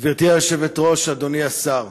גברתי היושבת-ראש, אדוני השר,